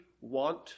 want